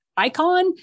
Icon